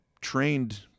trained